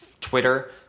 twitter